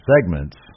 segments